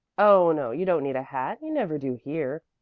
oh no, you don't need a hat. you never do here.